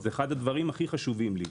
זה אחד הדברים הכי חשובים לי.